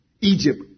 Egypt